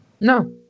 No